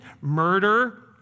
murder